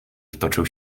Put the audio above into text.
wtoczył